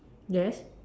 yes